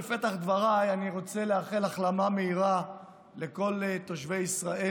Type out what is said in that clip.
בפתח דבריי אני רוצה לאחל החלמה מהירה לכל תושבי ישראל